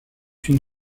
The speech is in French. une